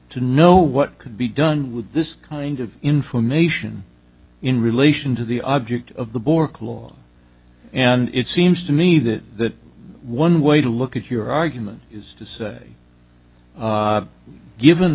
to know what could be done with this kind of information in relation to the object of the bork law and it seems to me that one way to look at your argument is to say given